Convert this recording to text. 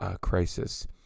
crisis